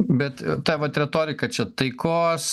bet ta vat retorika čia taikos